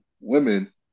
women